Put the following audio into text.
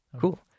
Cool